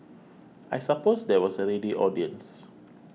I suppose there was a ready audience